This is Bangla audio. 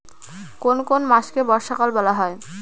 কোন কোন মাসকে বর্ষাকাল বলা হয়?